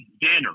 dinner